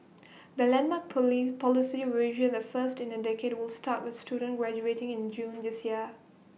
the landmark poly policy revision the first in A decade will start with students graduating in June this year